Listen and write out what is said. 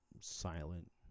silent